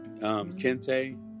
Kente